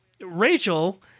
Rachel